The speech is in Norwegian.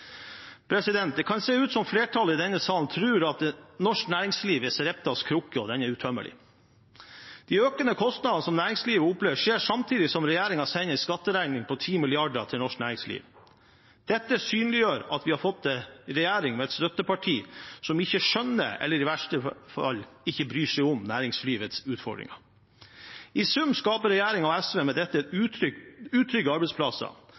Det kan se ut som flertallet i denne salen tror at norsk næringsliv er Sareptas krukke, og den er utømmelig. De økende kostnadene som næringslivet opplever, skjer samtidig som regjeringen sender en skatteregning på 10 mrd. kr til norsk næringsliv. Dette synliggjør at vi har fått en regjering med et støtteparti som ikke skjønner, eller i verste fall ikke bryr seg om, næringslivets utfordringer. I sum skaper regjeringen og SV med dette utrygge arbeidsplasser.